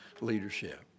leadership